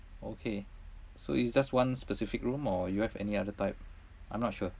okay so it's just one specific room or you have any other type I'm not sure